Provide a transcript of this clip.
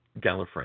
Gallifrey